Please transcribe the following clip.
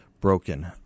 broken